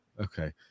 Okay